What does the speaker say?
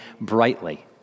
brightly